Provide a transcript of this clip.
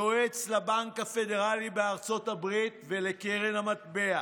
יועץ לבנק הפדרלי בארצות הברית ולקרן המטבע.